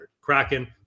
Kraken